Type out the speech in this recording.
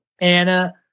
Anna